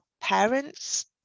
parents